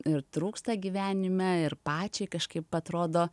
ir trūksta gyvenime ir pačiai kažkaip atrodo